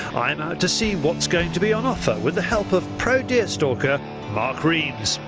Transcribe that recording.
i'm out to see what's going to be on offer with the help of pro deerstalker mark reams.